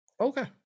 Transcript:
okay